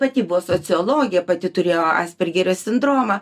pati buvo sociologė pati turėjo aspergerio sindromą